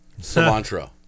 Cilantro